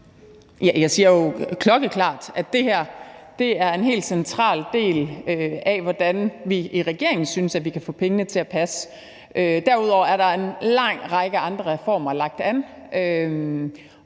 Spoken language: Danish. Jeg siger jo klokkeklart, at det her er en helt central del af, hvordan vi i regeringen synes at vi kan få pengene til at passe. Derudover er del en lang række andre reformer lagt an,